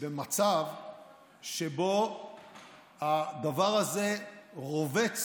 במצב שבו הדבר הזה רובץ